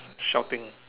shouting